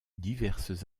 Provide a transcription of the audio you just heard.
diverses